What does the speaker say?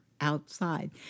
outside